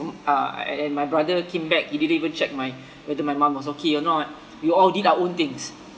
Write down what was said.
uh an~and my brother came back he didn't even check my whether my mom was okay or not we all did our own things